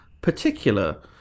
particular